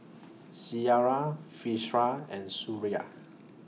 Syirah Firash and Suria